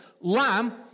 lamb